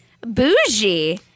bougie